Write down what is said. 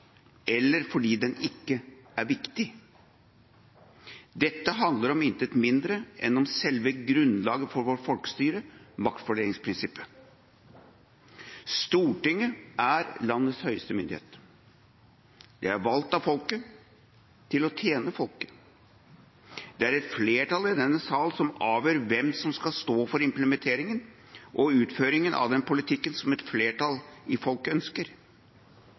eller fordi den ikke er viktig. Dette handler om intet mindre enn selve grunnlaget for vårt folkestyre: maktfordelingsprinsippet. Stortinget er landets høyeste myndighet. Det er valgt av folket til å tjene folket. Det er et flertall i denne sal som avgjør hvem som skal stå for implementeringen og utføringen av den politikken som et flertall i folket ønsker.